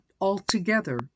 altogether